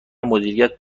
مدیریت